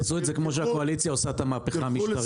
תעשו את זה כמו שהקואליציה עושה את המהפכה המשטרית,